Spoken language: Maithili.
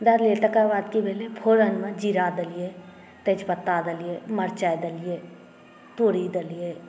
दए देलियै तकर बाद की केलियै फ़ोरनमे जीरा देलियै तेजपत्ता देलियै मरचाइ देलियै तोरी देलियै